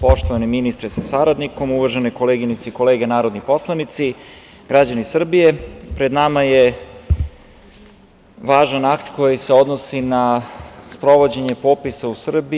Poštovani ministre sa saradnikom, uvažene koleginice i kolege narodni poslanici, građani Srbije, pred nama je važan akt koji se odnosi na sprovođenje popisa u Srbiji.